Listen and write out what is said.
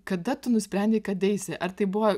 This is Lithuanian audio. kada tu nusprendei kad eisi ar tai buvo